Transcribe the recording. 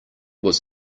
was